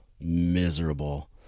miserable